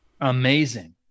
Amazing